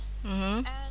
mmhmm